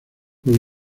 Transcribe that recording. con